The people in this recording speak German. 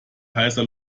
heißer